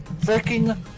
freaking